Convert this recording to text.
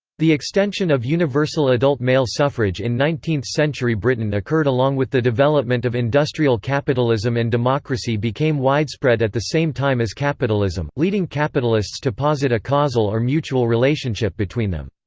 the extension of universal adult male suffrage in nineteenth century britain occurred along with the development of industrial capitalism and democracy became widespread at the same time as capitalism, leading capitalists to posit a causal or mutual relationship between them.